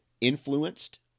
influenced